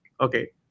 okay